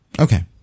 Okay